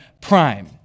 Prime